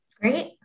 great